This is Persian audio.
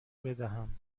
بدهم